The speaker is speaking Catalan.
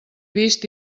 vist